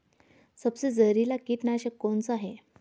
सबसे जहरीला कीटनाशक कौन सा है?